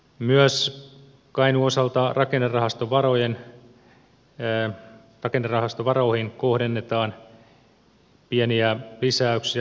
myös kainuun osalta rakennerahastovaroihin kohdennetaan pieniä lisäyksiä